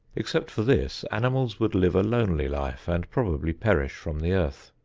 except for this, animals would live a lonely life and probably perish from the earth.